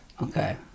Okay